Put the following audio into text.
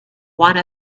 one